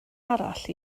arall